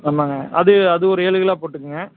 ஆமாங்க அது அது ஒரு ஏழு கிலோ போட்டுக்கோங்க